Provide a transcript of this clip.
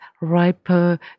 riper